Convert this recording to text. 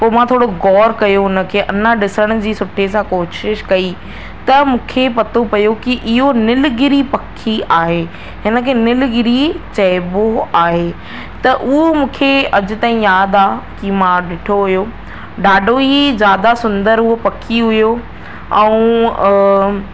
मां थोरो ग़ौरु कयो उनते अना ॾिसण जी सुठे सां कोशिश कई त मूंखे पतो पयो की इहो निलगिरी पखी आहे इनखे निलगिरी चइबो आहे त उहो मूंखे अॼ ताईं यादि आहे की मां ॾिठो हुओ ॾाढो ई ज़्यादा सुंदरु हुओ पखी हुओ ऐं